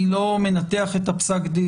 אני לא מנתח את פסק הדין,